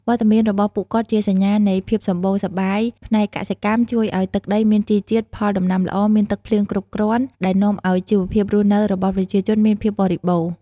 វត្តមានរបស់ពួកគាត់ជាសញ្ញានៃ ភាពសម្បូរសប្បាយផ្នែកកសិកម្ម ជួយឲ្យទឹកដីមានជីជាតិ ផលដំណាំល្អ មានទឹកភ្លៀងគ្រប់គ្រាន់ ដែលនាំឲ្យជីវភាពរស់នៅរបស់ប្រជាជនមានភាពបរិបូរណ៍។